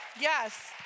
Yes